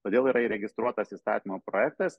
todėl yra įregistruotas įstatymo projektas